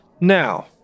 Now